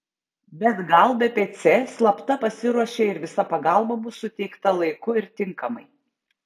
bet gal bpc slapta pasiruošė ir visa pagalba bus suteikta laiku ir tinkamai